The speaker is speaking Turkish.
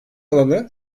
alanı